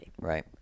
Right